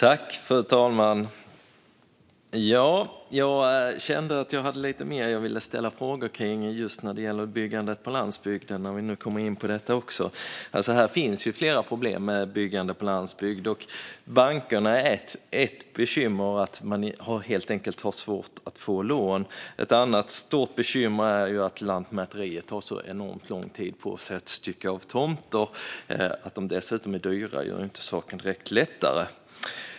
Fru talman! Jag kände att jag hade lite mer som jag ville ställa frågor om just när det gäller byggandet på landsbygden när vi också kommer in på detta. Det finns flera problem med byggande på landsbygd. Bankerna är ett bekymmer. Man har helt enkelt svårt att få lån. Ett annat stort bekymmer är att Lantmäteriet tar så enormt lång tid på sig att stycka av tomter. Att de dessutom är dyra gör inte direkt saken lättare.